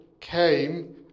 came